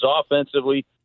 offensively